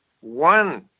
one